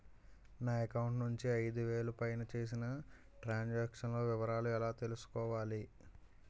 నా అకౌంట్ నుండి ఐదు వేలు పైన చేసిన త్రం సాంక్షన్ లో వివరాలు ఎలా తెలుసుకోవాలి?